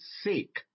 sake